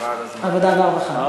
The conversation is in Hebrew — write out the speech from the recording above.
עבודה ורווחה.